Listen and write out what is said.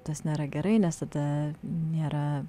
tas nėra gerai nes tada nėra